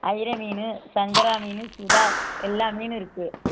அயிரை மீன் சங்கரா மீன் சுதா எல்லாம் மீனும் இருக்குது